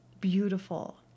beautiful